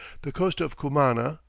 the coast of cumana,